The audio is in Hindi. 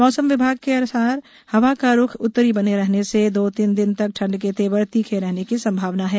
मौसम विभाग के मुताबिक हवा का रुख उत्तरी बना रहने से दो तीन दिन तक ठंड के तेवर तीखे बने रहने की संभावना है